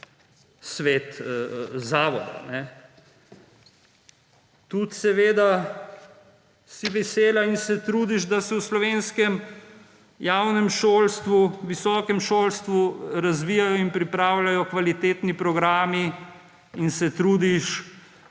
svet zavoda. Tudi si seveda vesela in se trudiš, da se v slovenskem javnem šolstvu, visokem šolstvu razvijajo in pripravljajo kvalitetni programi, in se trudiš,